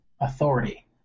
Authority